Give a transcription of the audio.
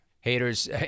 Haters